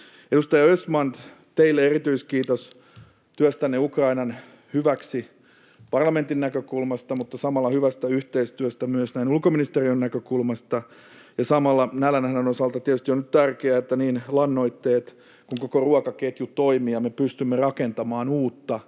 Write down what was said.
Edustaja Östman, teille erityiskiitos työstänne Ukrainan hyväksi parlamentin näkökulmasta mutta samalla hyvästä yhteistyöstä myös näin ulkoministeriön näkökulmasta. Samalla nälänhädän osalta on tietysti nyt tärkeää, että niin lannoitteet kuin koko ruokaketju toimivat ja me pystymme rakentamaan uutta.